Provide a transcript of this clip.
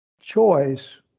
choice